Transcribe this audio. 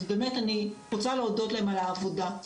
אז באמת אני רוצה להודות להם על העבודה.